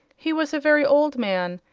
he was a very old man,